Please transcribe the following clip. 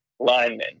linemen